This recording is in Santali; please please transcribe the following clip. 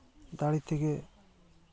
ᱫᱟᱲᱮ ᱛᱮᱜᱮ